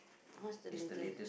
most the later